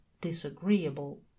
disagreeable